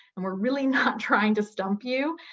and we're really not trying to stump you.